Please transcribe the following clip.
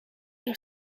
nog